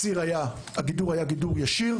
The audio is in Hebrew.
הגידור היה ישיר.